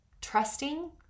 trusting